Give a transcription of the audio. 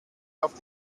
auf